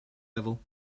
level